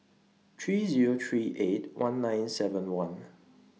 three Zero three eight one nine seven one